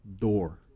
door